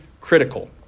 critical